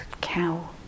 cow